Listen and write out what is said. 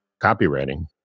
copywriting